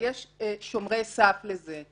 אבל יש שומרי סף לזה.